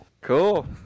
cool